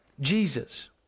Jesus